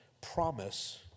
promise